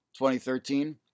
2013